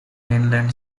mainland